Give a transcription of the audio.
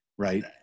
Right